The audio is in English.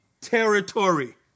territory